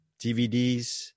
DVDs